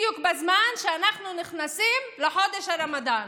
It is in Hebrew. בדיוק בזמן שאנחנו נכנסים לחודש הרמדאן.